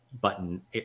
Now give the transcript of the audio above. button